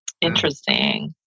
Interesting